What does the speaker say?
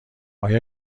آیا